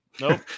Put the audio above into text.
Nope